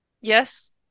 Yes